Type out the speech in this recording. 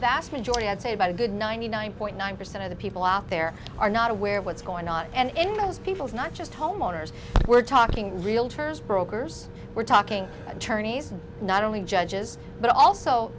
vast majority i'd say about a good ninety nine point nine percent of the people out there are not aware of what's going on and as people not just homeowners we're talking realtors brokers we're talking tourney's not only judges but also